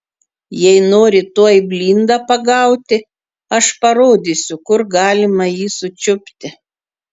jei nori tuoj blindą pagauti aš parodysiu kur galima jį sučiupti